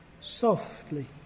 softly